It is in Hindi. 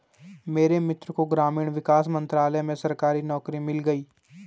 मेरे मित्र को ग्रामीण विकास मंत्रालय में सरकारी नौकरी मिल गई